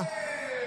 מה לא נוכח?